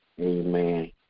Amen